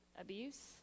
abuse